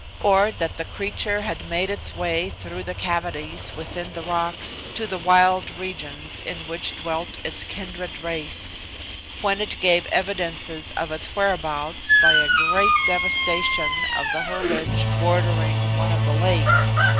or that the creature had made its way through the cavities within the rocks to the wild regions in which dwelt its kindred race when it gave evidences of its whereabouts by a great devastation of the herbage bordering one of the lakes.